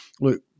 look